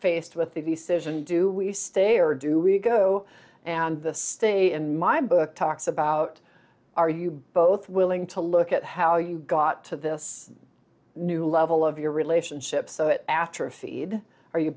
faced with the decision do we stay or do we go and the stay in my book talks about are you both willing to look at how you got to this new level of your relationship after a feed or you